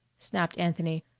snapped anthony.